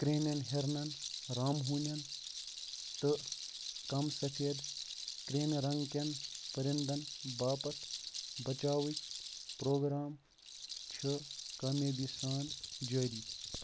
كریٚہنٮ۪ن ہِرنَن رامہٕ ہوٗنٮ۪ن تہٕ كَم سفید كریٚہنہِ رنٛگہٕ كٮ۪ن پٔرِندَن باپَتھ بَچاوٕکۍ پرٛوگرام چھِ کامیٲبی سان جٲری